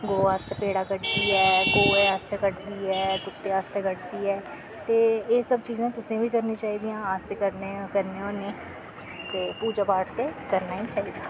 गौ आस्तै पेड़ा कढदी ऐ गौ आस्तै कढदी ऐ कुत्ते आस्तै कढदी ऐ ते एह् सब चीज़ां तुसें बी करनियां चाहिदियां अस ते करने होन्ने पूज़ा पाठ ते करना ई चाहिदा